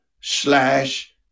Slash